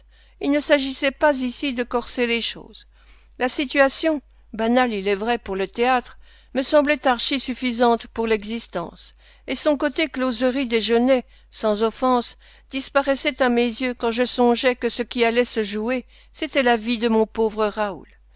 il ne s'agissait pas ici de corser les choses la situation banale il est vrai pour le théâtre me semblait archisuffisante pour l'existence et son côté closerie des genêts sans offense disparaissait à mes yeux quand je songeais que ce qui allait se jouer c'était la vie de mon pauvre raoul